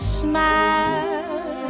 smile